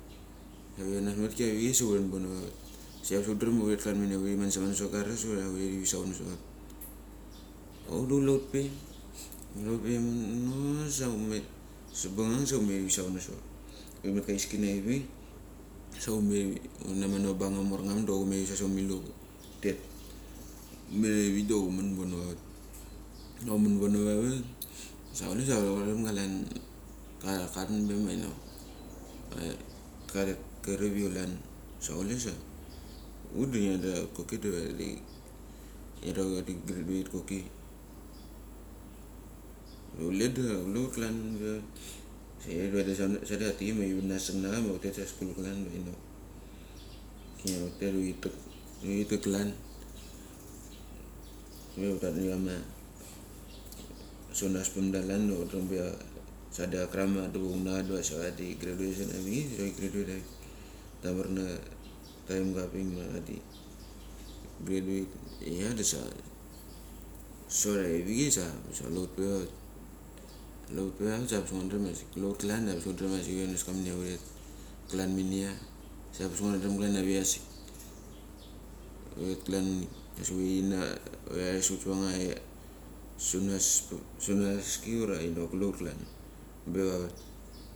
Kiava tironas metki avichei sa huran bon vavat sia abas hutrem ia klan minia huri manap sava garas ura hurat savono savabang. Auk da kule hutpe, kule hutpe imono sa. Sabangang sa humet savono sava bang. Humet ka heiski na avik, hut na mano abangam amor ngam dok humet ivitse somil dok hutet. Humet avik dok human pono vavat. Humen pono vavat sa kule sa kule sa varemgo klan ma katet kama reviu klan. Sa kule sa, hun ngidria vadi huti graduate koki. Da kule kulehut klan pevavat, sa vadia sandecha ma tivanasengna cha ma hutet sa skul klan ma inok, kisnia hutet diva huri tach klan. Hutat niama sunapamda klan da dang pe a sandecha karak ma adu vongna cha, diva sa va di graduasan a bik de vadi huri graduate stamar nga taimga apik vad graduat. Iasa sot avichei sa kulehut pe vavat. Kule hutpe vavat sa angabas ngua drem kule hut klan. Ambes hutdrem asik huri ronas kaminia, huret klan menia, se angabas nguadrem huret klan menia, ura tares hut sa anga sunaski ura kinok kulehut klan pe vavat.